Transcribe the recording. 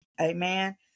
amen